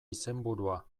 izenburua